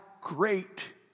great